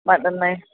साधन नाही